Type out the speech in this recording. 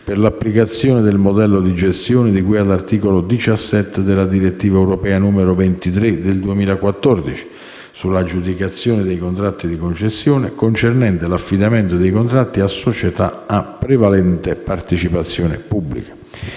per l'applicazione del modello di gestione, di cui all'articolo 17 della direttiva europea n. 23 del 2014 - sull'aggiudicazione dei contratti di concessione - concernente l'affidamento dei contratti a società a prevalente partecipazione pubblica.